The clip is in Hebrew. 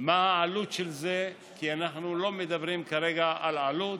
מה העלות של זה, כי אנחנו לא מדברים כרגע על העלות